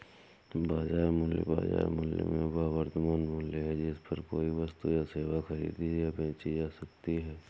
बाजार मूल्य, बाजार मूल्य में वह वर्तमान मूल्य है जिस पर कोई वस्तु या सेवा खरीदी या बेची जा सकती है